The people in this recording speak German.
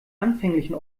anfänglichen